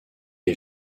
est